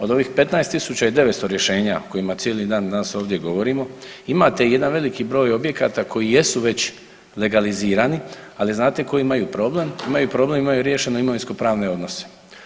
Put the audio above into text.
Od ovih 15.900 rješenja o kojima cijeli dan danas ovdje govorimo imate jedan veliki broj objekata koji jesu već legalizirani, ali znate koji imaju problem, imaju problem imaju riješeno imovinsko-pravne odnose.